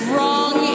Wrong